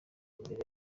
imbere